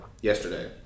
yesterday